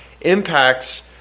impacts